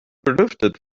belüftet